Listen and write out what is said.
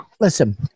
Listen